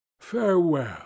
Farewell